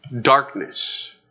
Darkness